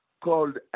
called